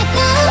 no